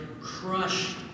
crushed